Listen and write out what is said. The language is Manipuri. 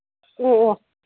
ꯑꯣ ꯑꯣ